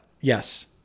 Yes